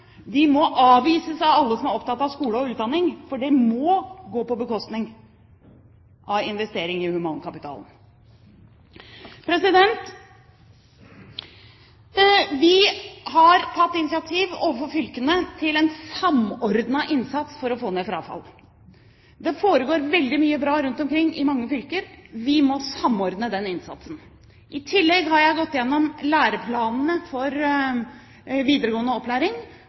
må avvises av alle som er opptatt av skole og utdanning, for det vil måtte gå på bekostning av investering i humankapitalen. Vi har tatt initiativ overfor fylkene til en samordnet innsats for å få ned frafall i skolen. Det foregår veldig mye bra rundt omkring i mange fylker, og vi må samordne den innsatsen. I tillegg har jeg gått igjennom læreplanene for videregående opplæring,